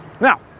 Now